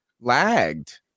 lagged